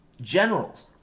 generals